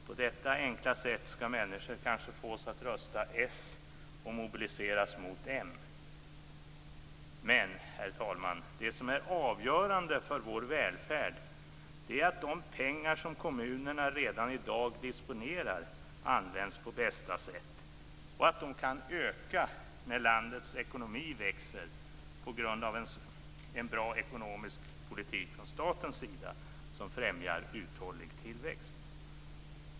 På detta enkla sätt skall man kanske få människor att rösta på Socialdemokraterna och mobilisera dem mot Moderaterna. Herr talman! Avgörande för vår välfärd är att de pengar som kommunerna redan i dag disponerar används på bästa sätt, att de kan öka när landets ekonomi växer på grund av en sådan ekonomisk politik från statens sida som främjar en uthållig tillväxt.